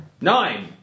Nine